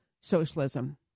socialism